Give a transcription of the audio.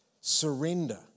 surrender